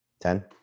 Ten